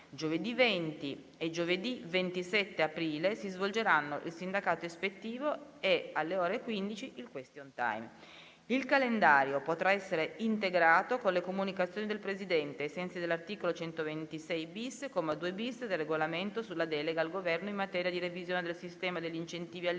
Giovedì 20 e giovedì 27 aprile si svolgeranno il sindacato ispettivo e, alle ore 15, il *question time.* Il calendario potrà essere integrato con le comunicazioni del Presidente, ai sensi dell'articolo 126-*bis*, comma 2-*bis*, del Regolamento sulla delega al Governo in materia di revisione del sistema degli incentivi alle imprese,